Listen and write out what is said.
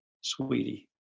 Sweetie